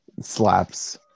Slaps